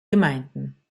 gemeinden